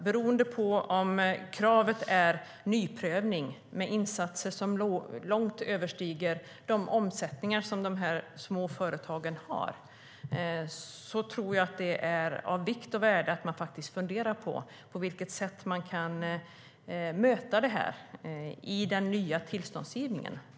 Beroende på om kravet är nyprövning med insatser som långt överstiger de omsättningar som de små företagen har är det av vikt och värde att fundera över på vilket sätt man kan möta dessa företag i den nya tillståndsgivningen.